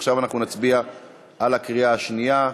עכשיו אנחנו נצביע בקריאה שנייה.